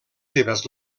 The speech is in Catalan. seves